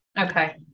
Okay